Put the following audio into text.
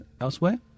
elsewhere